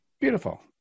Beautiful